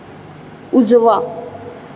उजवा